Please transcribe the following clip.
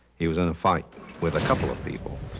he was in a fight with a couple of people.